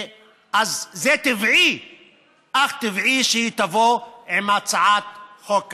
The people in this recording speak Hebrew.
אז זה אך טבעי שהיא תבוא עם הצעת חוק כזאת.